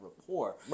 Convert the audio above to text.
rapport